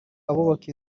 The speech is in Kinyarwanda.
abubaka